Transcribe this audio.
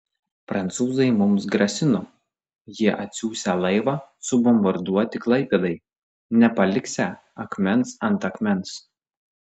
prancūzai mums grasino jie atsiųsią laivą subombarduoti klaipėdai nepaliksią akmens ant akmens